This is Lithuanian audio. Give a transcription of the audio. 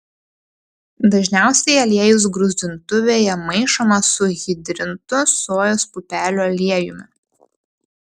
dažniausiai aliejus gruzdintuvėje maišomas su hidrintu sojos pupelių aliejumi